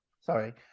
Sorry